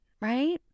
right